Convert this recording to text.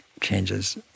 changes